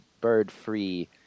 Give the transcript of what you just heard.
bird-free